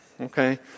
Okay